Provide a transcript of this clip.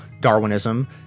Darwinism